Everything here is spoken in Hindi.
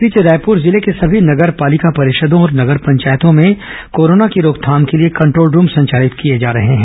इस बीच रायपुर जिले के सभी नगर पालिका परिषदों और नगर पंचायतों में कोरोना की रोकथाम के लिए कंट्रोल रूम संचालित किए जा रहे हैं